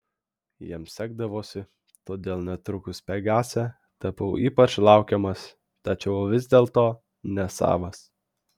jiems sekdavosi todėl netrukus pegase tapau ypač laukiamas tačiau vis dėlto nesavas